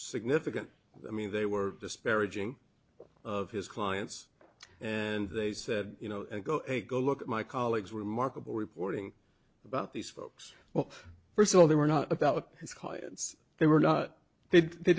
significant i mean they were disparaging of his clients and they said you know go go look at my colleague's remarkable reporting about these folks well first of all they were not about his clients they were not